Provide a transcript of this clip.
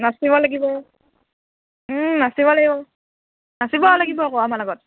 নাচিব লাগিব নাচিব লাগিব নাচিব লাগিব আকৌ আমাৰ লগত